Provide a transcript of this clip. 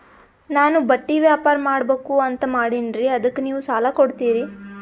ನಾನು ಬಟ್ಟಿ ವ್ಯಾಪಾರ್ ಮಾಡಬಕು ಅಂತ ಮಾಡಿನ್ರಿ ಅದಕ್ಕ ನೀವು ಸಾಲ ಕೊಡ್ತೀರಿ?